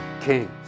kings